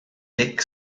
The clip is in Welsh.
deg